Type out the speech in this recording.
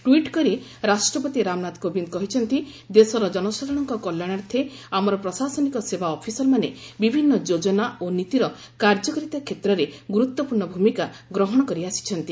tweet କରି ରାଷ୍ଟ୍ରପତି ରାମନାଥ କୋବିନ୍ଦ କହିଛନ୍ତି ଦେଶର ଜନସାଧାରଣଙ୍କ କଲ୍ୟାଣାର୍ଥେ ଆମର ପ୍ରଶାସନିକ ସେବା ଅଫିସରମାନେ ବିଭିନ୍ନ ଯୋକନା ଓ ନୀତିର କାର୍ଯ୍ୟକାରୀତା କ୍ଷେତ୍ରରେ ଗୁରୁତ୍ୱପୂର୍ଣ୍ଣ ଭୂମିକା ଗ୍ରହଣ କରି ଆସିଛନ୍ତି